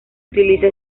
utiliza